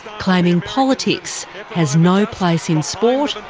claiming politics has no place in sport,